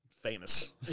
Famous